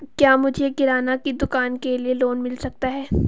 क्या मुझे किराना की दुकान के लिए लोंन मिल सकता है?